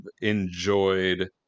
enjoyed